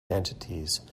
entities